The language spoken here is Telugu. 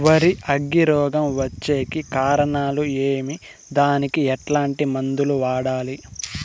వరి అగ్గి రోగం వచ్చేకి కారణాలు ఏమి దానికి ఎట్లాంటి మందులు వాడాలి?